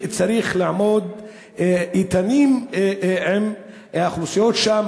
צריך לעמוד איתנים עם האוכלוסיות שם,